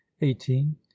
eighteen